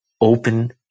open